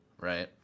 right